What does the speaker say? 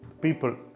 people